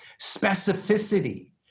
Specificity